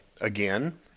again